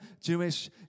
Jewish